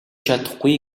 чадахгүй